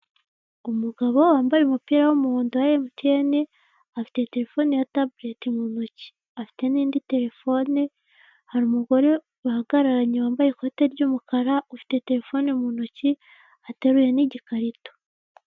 Umugabo wambaye umupira w' umuhondo wa MTN afite terefone ya tablet mu ntoki, afite n' indi terefone, hari umugore bahagararanye wambaye ikote ry' umukara ufite terefone ateruye n' igikarito.